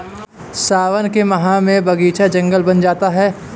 सावन के माह में बगीचा जंगल बन जाता है